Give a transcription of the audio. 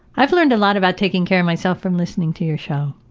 i've learned a lot about taking care of myself from listening to your show.